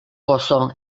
gozo